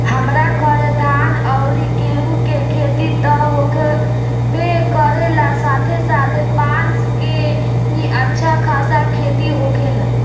हमरा घरे धान अउरी गेंहू के खेती त होखबे करेला साथे साथे बांस के भी अच्छा खासा खेती होखेला